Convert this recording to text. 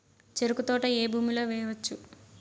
చెరుకు తోట ఏ భూమిలో వేయవచ్చు?